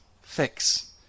fix